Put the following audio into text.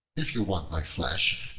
if you want my flesh,